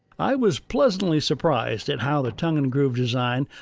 i was pleasantly surprised at how the tongue and groove design,